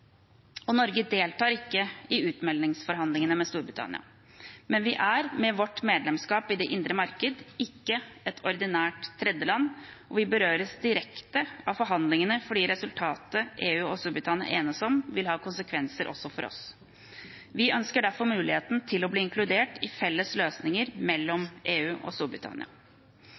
Norge deltar ikke i utmeldingsforhandlingene med Storbritannia. Men vi er, med vårt medlemskap i det indre marked, ikke et ordinært tredjeland, og vi berøres direkte av forhandlingene fordi resultatet EU og Storbritannia enes om, vil ha konsekvenser også for oss. Vi ønsker derfor muligheten til å bli inkludert i felles løsninger mellom EU og Storbritannia.